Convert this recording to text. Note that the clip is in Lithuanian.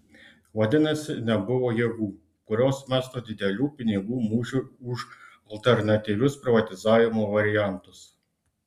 vadinasi nebuvo jėgų kurios mestų didelių pinigų mūšiui už alternatyvius privatizavimo variantus